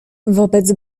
wobec